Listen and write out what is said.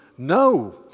No